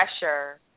pressure